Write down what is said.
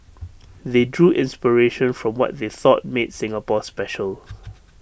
they drew inspiration from what they thought made Singapore special